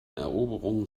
eroberung